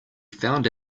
found